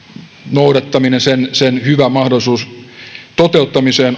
noudattaminen ja hyvä mahdollisuus sen toteuttamiseen